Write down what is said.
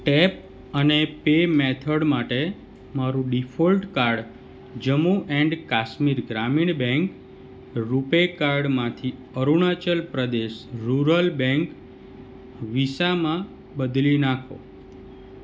tap અને pay method માટે મારું default card Jammu and Kashmir Grameen bank RuPay કાર્ડમાંથી અરુણાચલ પ્રદેશ રૂરલ બેંક વિસામાં બદલી નાંખો